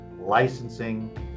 licensing